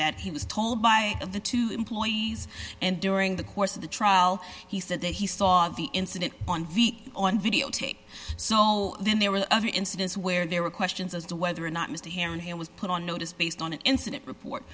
that he was told by of the two employees and during the course of the trial he said that he saw the incident on v on videotape so then there were the other incidents where there were questions as to whether or not mr heron he was put on notice based on an incident report